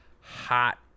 hot